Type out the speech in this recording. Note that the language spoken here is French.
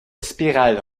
spirale